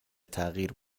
تغییر